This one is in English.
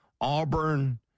Auburn